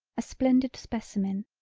a splendid specimen,